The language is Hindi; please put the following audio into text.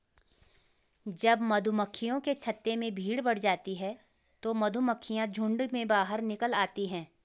जब मधुमक्खियों के छत्ते में भीड़ बढ़ जाती है तो मधुमक्खियां झुंड में बाहर निकल आती हैं